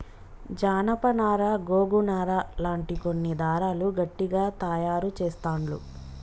జానప నారా గోగు నారా లాంటి కొన్ని దారాలు గట్టిగ తాయారు చెస్తాండ్లు